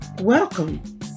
Welcome